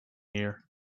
here